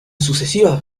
sucesivas